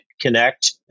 connect